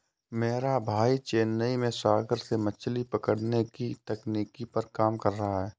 मेरा भाई चेन्नई में सागर से मछली पकड़ने की तकनीक पर काम कर रहा है